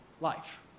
life